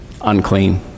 unclean